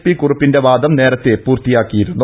P കുറുപ്പിന്റെ വാദം നേരത്തെ പൂർത്തിയാക്കിയിരുന്നു